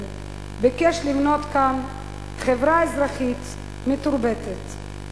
ביקש לבנות כאן חברה אזרחית מתורבתת,